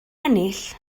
ennill